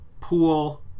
pool